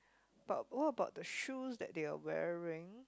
but what about the shoes that they are wearing